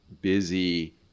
busy